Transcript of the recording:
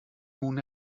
nun